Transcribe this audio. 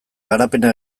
garapena